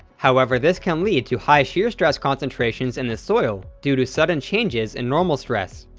however this can lead to high shear stress concentrations in the soil due to sudden changes in normal stress.